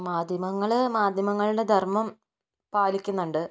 മാധ്യമങ്ങൾ മാധ്യമങ്ങളുടെ ധർമ്മം പാലിക്കുന്നുണ്ട്